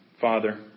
Father